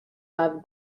i’ve